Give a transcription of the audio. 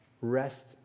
Rest